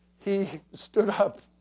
he stood up,